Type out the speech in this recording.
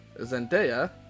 Zendaya